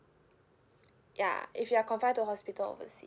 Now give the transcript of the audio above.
ya if you're confined to hospital overseas